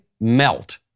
melt